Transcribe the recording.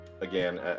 again